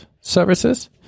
services